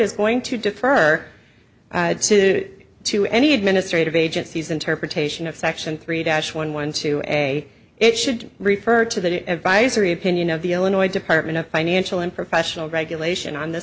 is going to defer to to any administrative agencies interpretation of section three dash one one to a it should refer to the advisory opinion of the illinois department of financial and professional regulation on th